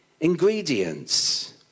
ingredients